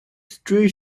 street